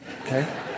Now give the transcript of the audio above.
okay